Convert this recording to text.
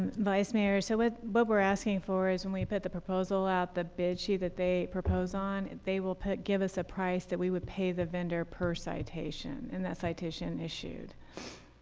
vice mayor. so what but we're asking for is when we put the proposal out, the bid sheet that they propose on, they will give us a price that we would pay the vendor per citation and that citation issued.